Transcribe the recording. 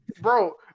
Bro